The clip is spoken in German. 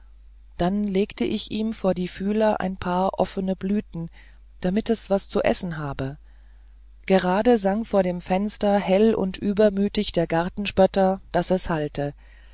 dann legte ich ihm vor die fühler ein paar offene blüten damit es was zu essen habe gerade sang vor dem fenster hell und übermütig der gartenspötter daß es hallte